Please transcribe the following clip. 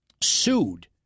sued